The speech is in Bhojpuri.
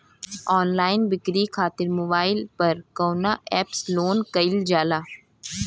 ऑनलाइन बिक्री खातिर मोबाइल पर कवना एप्स लोन कईल जाला?